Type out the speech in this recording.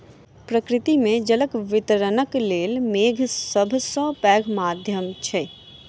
प्रकृति मे जलक वितरणक लेल मेघ सभ सॅ पैघ माध्यम अछि